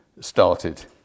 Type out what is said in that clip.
started